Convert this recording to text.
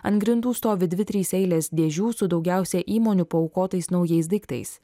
ant grindų stovi dvi trys eilės dėžių su daugiausia įmonių paaukotais naujais daiktais